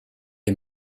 les